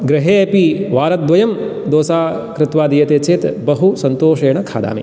गृहे अपि वारद्वयं दोसा कृत्वा दीयते चेत् बहुसन्तोषेण खादामि